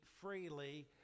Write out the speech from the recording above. freely